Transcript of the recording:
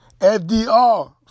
FDR